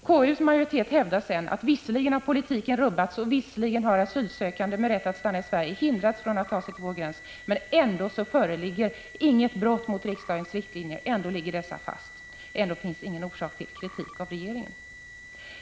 KU:s majoritet hävdar att politiken visserligen har rubbats och att asylsökande med rätt att stanna i Sverige har hindrats från att ta sig till vår gräns, men ändå föreligger inget brott mot riksdagens riktlinjer. Dessa ligger fast, och det finns ingen orsak till kritik mot regeringen.